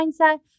mindset